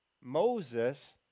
Moses